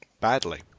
badly